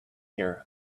here